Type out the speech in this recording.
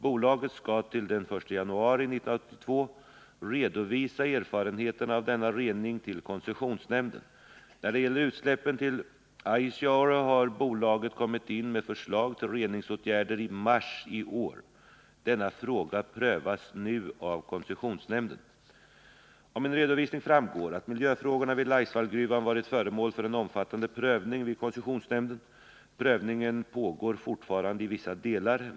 Bolaget skall till den 1 januari 1982 redovisa erfarenheterna av denna rening till koncessionsnämnden. När det gäller utsläppen till Aisjaure har bolaget kommit in med förslag till reningsåtgärder i mars i år. Denna fråga prövas nu av koncessionsnämnden. Av min redovisning framgår att miljöfrågorna vid Laisvallgruvan varit föremål för en omfattande prövning vid koncessionsnämnden. Prövningen pågår fortfarande i vissa delar.